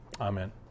amen